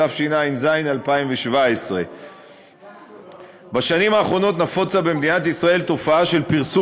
התשע"ז 2017. בשנים האחרונות נפוצה במדינת ישראל תופעה של פרסום